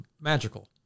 magical